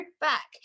back